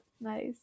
Nice